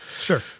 Sure